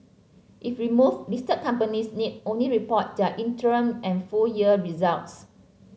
if removed listed companies need only report their interim and full year results